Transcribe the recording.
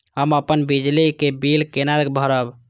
हम अपन बिजली के बिल केना भरब?